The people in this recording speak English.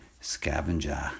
scavenger